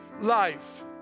life